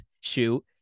shoot